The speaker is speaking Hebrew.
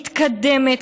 מתקדמת,